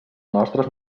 nostres